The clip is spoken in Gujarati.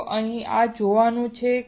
તો અહીં આ જોવાનું છે